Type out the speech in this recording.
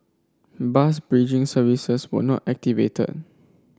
bus bridging services were not activated